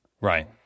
Right